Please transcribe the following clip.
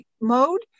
mode